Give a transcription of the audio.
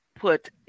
put